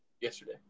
yesterday